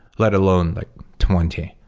let alone twenty.